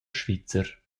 svizzer